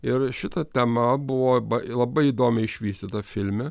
ir šita tema buvo ba labai įdomiai išvystyta filme